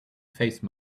face